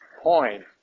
point